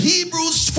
Hebrews